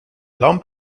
lamp